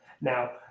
Now